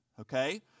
okay